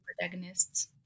protagonists